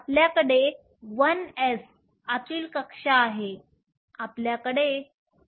आपल्याकडे 1s आतील कक्षा आहे आपल्याकडे 2s1 आहे